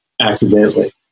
accidentally